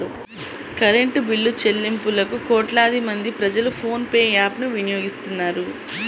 current బిల్లులుచెల్లింపులకు కోట్లాది మంది ప్రజలు ఫోన్ పే యాప్ ను వినియోగిస్తున్నారు